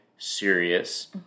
serious